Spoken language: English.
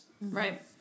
Right